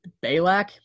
Balak